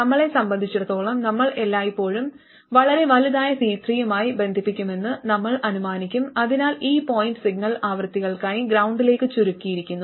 നമ്മളെ സംബന്ധിച്ചിടത്തോളം നമ്മൾ എല്ലായ്പ്പോഴും വളരെ വലുതായ C3 യുമായി ബന്ധിപ്പിക്കുമെന്ന് നമ്മൾ അനുമാനിക്കും അതിനാൽ ഈ പോയിന്റ് സിഗ്നൽ ആവൃത്തികൾക്കായി ഗ്രൌണ്ടിലേക്ക് ചുരുക്കിയിരിക്കുന്നു